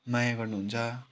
माया गर्नुहुन्छ